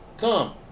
Come